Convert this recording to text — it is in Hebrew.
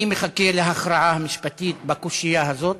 אני מחכה להכרעה המשפטית בקושיה הזאת.